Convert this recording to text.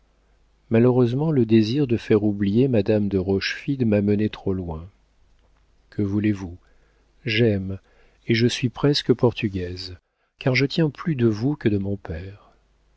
malheureusement le désir de faire oublier madame de rochefide m'a menée trop loin que voulez-vous j'aime et je suis presque portugaise car je tiens plus de vous que de mon père